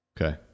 Okay